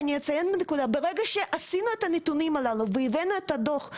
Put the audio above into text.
ברגע שעשינו את הנתונים הללו והבאנו את הדוח,